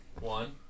One